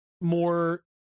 more